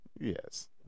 Yes